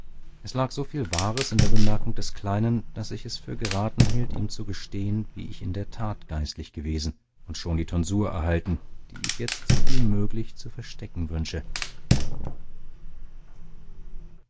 es lag so viel wahres in der bemerkung des kleinen daß ich es für geraten hielt ihm zu gestehen wie ich in der tat geistlich gewesen und schon die tonsur erhalten die ich jetzt soviel möglich zu verstecken wünsche